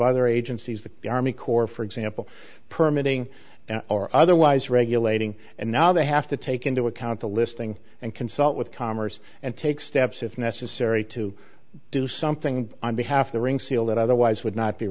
other agencies the army corps for example permit ing or otherwise regulating and now they have to take into account the listing and consult with commerce and take steps if necessary to do something on behalf the ring seal that otherwise would not be